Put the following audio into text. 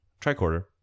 Tricorder